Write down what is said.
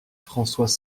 françois